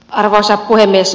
arvoisa puhemies